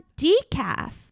decaf